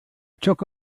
took